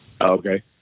Okay